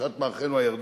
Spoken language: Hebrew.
לבקשת מארחינו הירדנים,